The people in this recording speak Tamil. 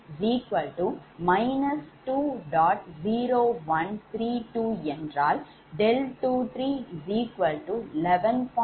5° என்று பெறுகிறோம்